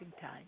time